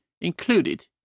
included